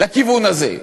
בכיוון הזה.